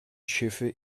schiffe